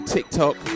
TikTok